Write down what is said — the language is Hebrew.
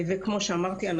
וכמו שאמרתי,